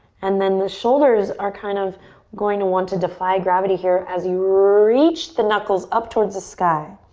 and then the shoulders are kind of going to want to defy gravity here as you reach the knuckles up towards the sky.